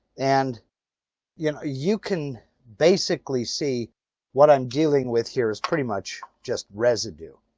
and yeah you can basically see what i'm dealing with here is pretty much just residue.